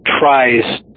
tries